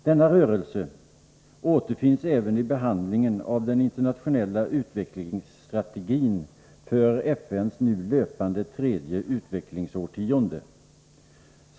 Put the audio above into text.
Denna rörelse återfinns även i behandlingen av den internationella utvecklingsstrategin för FN:s nu löpande, tredje utvecklingsårtionde.